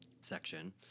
section